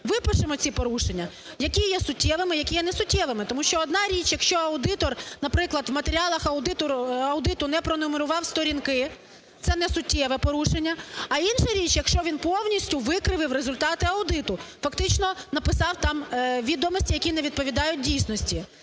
випишемо ці порушення, які є суттєвими, які є несуттєвими. Тому що одна річ, якщо аудитор, наприклад, у матеріалах аудиту не пронумерував сторінки, це не суттєве порушення, а інша річ, якщо він повністю викривив результати аудиту, фактично написав там відомості, які не відповідають дійсності,